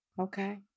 Okay